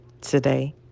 today